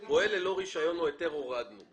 את פועל ללא רישיון או היתר הורדנו.